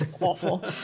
awful